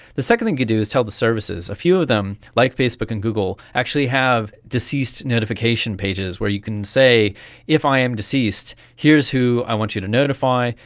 the second thing you can do is tell the services. a few of them, like facebook and google, actually have deceased notification pages where you can say if i am deceased, here's who i want you to notify,